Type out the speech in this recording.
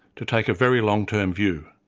to take a very long-term view,